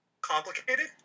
Complicated